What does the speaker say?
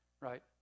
right